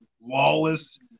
lawless